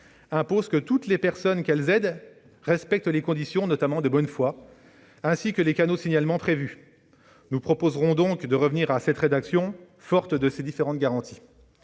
impose que toutes les personnes qu'elles aident respectent les conditions, notamment de bonne foi, ainsi que les canaux de signalement prévus. Nous proposerons donc de revenir à la rédaction de l'Assemblée nationale,